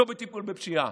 לא בטיפול בפשיעה.